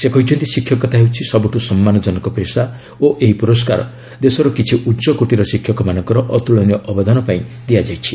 ସେ କହିଛନ୍ତି ଶିକ୍ଷକତା ହେଉଛି ସବୁଠୁ ସମ୍ମାନଜନକ ପେଷା ଓ ଏହି ପୁରସ୍କାର ଦେଶର କିଛି ଉଚ୍ଚକୋଟିର ଶିକ୍ଷକମାନଙ୍କର ଅତ୍କଳନୀୟ ଅବଦାନ ପାଇଁ ଦିଆଯାଇଛି